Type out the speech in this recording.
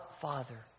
Father